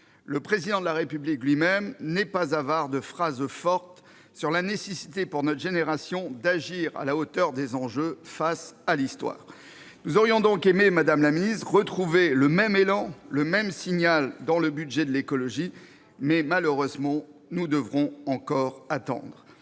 Le Président de la République lui-même n'est pas avare de phrases fortes sur la nécessité pour notre génération d'agir à la hauteur des enjeux face à l'Histoire. Nous aurions donc aimé, madame la ministre, retrouver le même élan, le même signal, dans le budget de l'écologie. Malheureusement, nous devrons encore attendre.